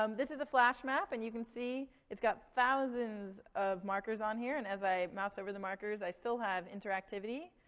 um this is a flash map, and you can see it's got thousands of markers on here, and as i mouse over the markers, i still have interactivity,